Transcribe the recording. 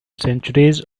centuries